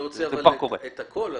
אני רוצה את הכל.